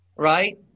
Right